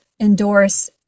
endorse